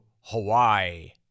Hawaii